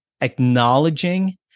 acknowledging